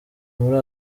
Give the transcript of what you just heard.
muri